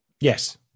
Yes